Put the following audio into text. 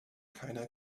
keiner